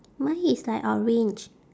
mine is like orange